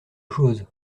chose